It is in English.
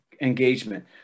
engagement